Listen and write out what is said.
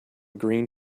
green